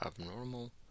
abnormal